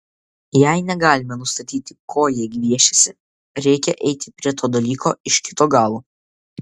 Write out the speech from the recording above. jei negalime nustatyti ko jie gviešiasi reikia eiti prie to dalyko iš kito galo